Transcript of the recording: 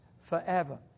forever